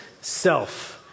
self